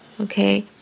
okay